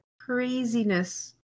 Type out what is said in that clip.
craziness